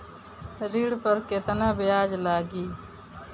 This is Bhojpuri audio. ऋण पर केतना ब्याज लगी?